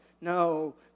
No